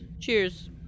Cheers